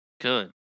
good